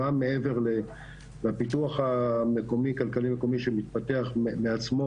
גם מעבר לפיתוח הכלכלי מקומי שמתפתח מעצמו